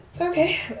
Okay